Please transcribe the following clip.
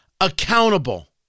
accountable